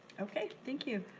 okay, thank you.